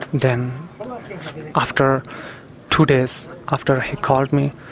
then after two days, after he called me,